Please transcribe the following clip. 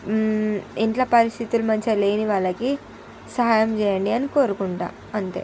ఇంట్లో పరిస్థితులు మంచిగా లేనివాళ్ళకి సహాయం చేయండి అని కోరుకుంటా అంతే